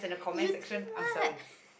you think what